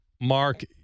Mark